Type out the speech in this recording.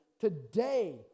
today